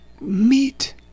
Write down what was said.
meet